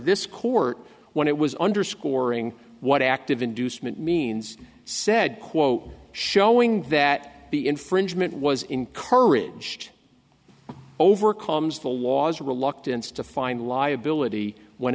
this court when it was underscoring what active inducement means said quote showing that the infringement was encouraged overcomes the law's reluctance to find liability when